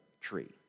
tree